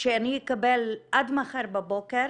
שאני אקבל עד מחר בבוקר